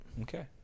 Okay